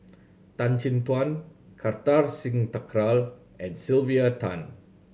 Tan Chin Tuan Kartar Singh Thakral and Sylvia Tan